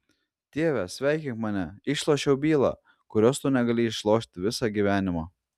tėve sveikink mane išlošiau bylą kurios tu negalėjai išlošti visą gyvenimą